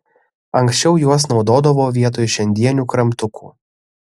anksčiau juos naudodavo vietoj šiandienių kramtukų